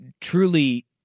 truly